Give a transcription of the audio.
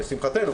לשמחתנו,